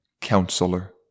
Counselor